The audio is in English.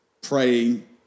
praying